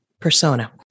persona